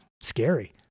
scary